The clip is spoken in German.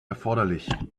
erforderlich